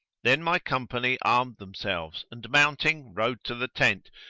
then my company armed themselves and mounting, rode to the tent,